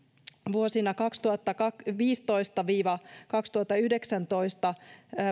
vuosina kaksituhattaviisitoista viiva kaksituhattayhdeksäntoista